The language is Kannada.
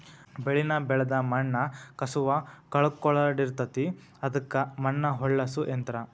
ಬೆಳಿನ ಬೆಳದ ಮಣ್ಣ ಕಸುವ ಕಳಕೊಳಡಿರತತಿ ಅದಕ್ಕ ಮಣ್ಣ ಹೊಳ್ಳಸು ಯಂತ್ರ